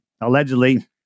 allegedly